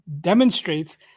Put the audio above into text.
demonstrates